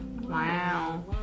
Wow